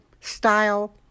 style